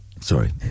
Sorry